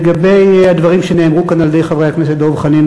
לגבי הדברים שנאמרו כאן על-ידי חברי הכנסת דב חנין